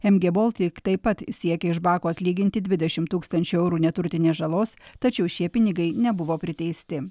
em gė boltik taip pat siekia iš bako atlyginti dvidešimt tūkstančių eurų neturtinės žalos tačiau šie pinigai nebuvo priteisti